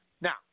Now